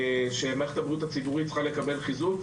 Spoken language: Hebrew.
שמערכת הבריאות הציבורית צריכה לקבל חיזוק.